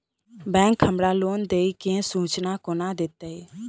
Bank हमरा loan देय केँ सूचना कोना देतय?